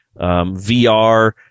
VR